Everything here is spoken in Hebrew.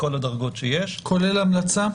מכל הדרגות שיש --- כולל המלצה,